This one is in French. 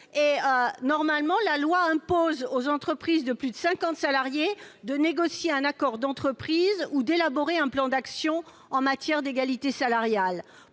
... Normalement, la loi impose aux entreprises de plus de cinquante salariés de négocier un accord d'entreprise ou d'élaborer un plan d'action en matière d'égalité salariale.